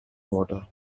water